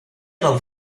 del